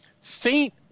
saint